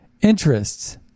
interests